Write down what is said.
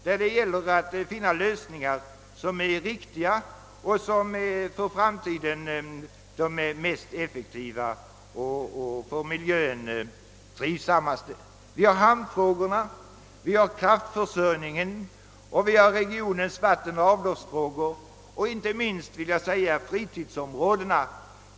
Det gäller då att där finna lösningar som är riktiga och som för framtiden är de mest effektiva och ur miljösynpunkt de mest trivsamma. Det är här fråga om hamnarna, kraftförsörjningen och regionens vattenoch avloppsfrågor och inte minst fritidsområdena.